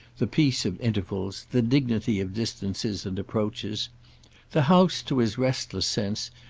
the peace of intervals, the dignity of distances and approaches the house, to his restless sense,